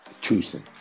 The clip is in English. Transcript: choosing